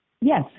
Yes